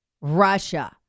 Russia